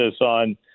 on